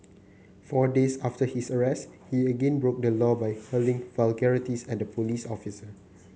four days after his arrest he again broke the law by hurling vulgarities at a police officer